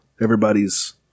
everybody's